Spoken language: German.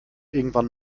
irgendwann